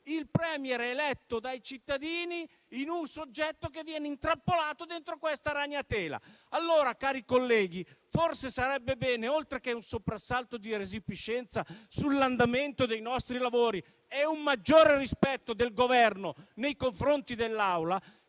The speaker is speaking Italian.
il *Premier* eletto dai cittadini in un soggetto intrappolato dentro questa ragnatela. Cari colleghi, forse oltre a un sussulto di resipiscenza sull'andamento dei nostri lavori e a un maggiore rispetto del Governo nei confronti dell'Assemblea,